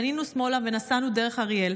פנינו שמאלה ונסענו דרך אריאל.